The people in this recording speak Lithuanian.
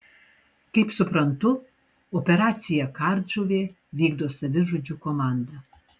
kaip suprantu operaciją kardžuvė vykdo savižudžių komanda